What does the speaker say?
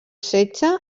setge